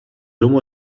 humo